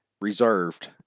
reserved